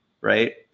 right